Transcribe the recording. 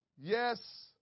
Yes